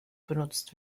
benutzt